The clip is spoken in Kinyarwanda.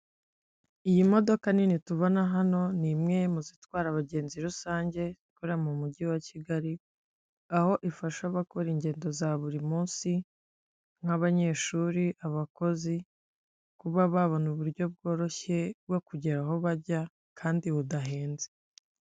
Iyi modoka nini tubona hano ni imwe mu zitwara abagenzi rusange, ikorera mu mujyi wa Kigali, aho ifasha abakora ingendo za buri munsi, nk'abanyeshuri, abakozi, kuba babona uburyo bworoshye bwo kugera aho bajya kandi budahenze.